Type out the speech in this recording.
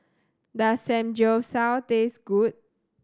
does Samgyeopsal taste good